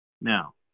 Now